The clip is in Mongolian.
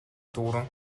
дүүрэн